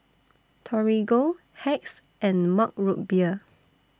Torigo Hacks and Mug Root Beer